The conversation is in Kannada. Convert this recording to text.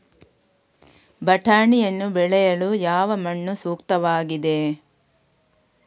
ಬಟಾಣಿಯನ್ನು ಬೆಳೆಯಲು ಯಾವ ಮಣ್ಣು ಸೂಕ್ತವಾಗಿದೆ?